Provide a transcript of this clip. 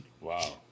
Wow